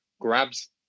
grabs